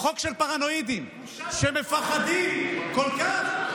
חוק של פרנואידים שמפחדים כל כך,